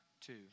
two